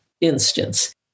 instance